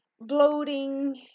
bloating